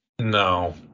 No